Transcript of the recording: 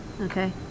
Okay